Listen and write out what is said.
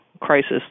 crisis